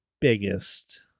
biggest